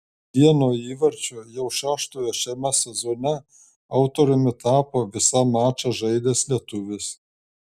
vieno įvarčio jau šeštojo šiame sezone autoriumi tapo visą mačą žaidęs lietuvis